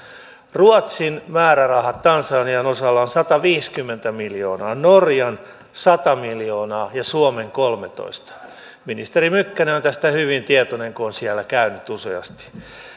ruotsin määrärahat tansanian osalla ovat sataviisikymmentä miljoonaa norjan sata miljoonaa ja suomen kolmetoista miljoonaa ministeri mykkänen on tästä hyvin tietoinen kun on siellä käynyt useasti